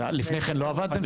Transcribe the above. לפני כן לא עבדתם,